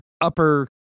upper